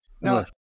No